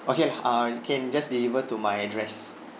okay uh can just deliver to my address